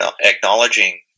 acknowledging